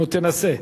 נו, תנסה.